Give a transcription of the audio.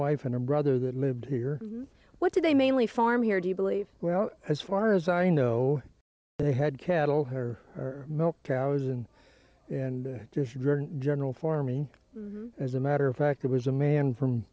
wife and a brother that lived here what do they mainly farm here do you believe well as far as i know they had cattle her milk cows and and just general farming as a matter of fact it was a man from